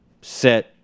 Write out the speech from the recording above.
set